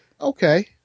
okay